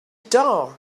door